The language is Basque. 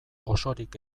osorik